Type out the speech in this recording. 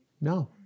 No